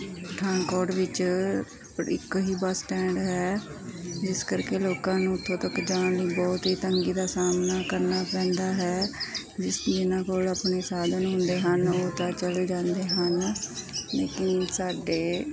ਪਠਾਨਕੋਟ ਵਿੱਚ ਇੱਕ ਹੀ ਬੱਸ ਸਟੈਂਡ ਹੈ ਜਿਸ ਕਰਕੇ ਲੋਕਾਂ ਨੂੰ ਉੱਥੋਂ ਤੱਕ ਜਾਣ ਲਈ ਬਹੁਤ ਹੀ ਤੰਗੀ ਦਾ ਸਾਹਮਣਾ ਕਰਨਾ ਪੈਂਦਾ ਹੈ ਜਿਸ ਜਿਹਨਾਂ ਕੋਲ ਆਪਣੇ ਸਾਧਨ ਹੁੰਦੇ ਹਨ ਉਹ ਤਾਂ ਚਲੇ ਜਾਂਦੇ ਹਨ ਲੇਕਿਨ ਸਾਡੇ